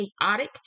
chaotic